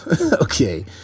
okay